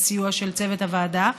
הסיוע של צוות הוועדה,